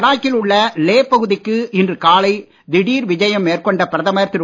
லடாக்கில் உள்ள லே பகுதிக்கு இன்று காலை திடீர் விஜயம் மேற்கொண்ட பிரதமர் திரு